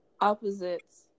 opposites